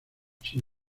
sin